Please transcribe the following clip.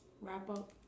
wrap-up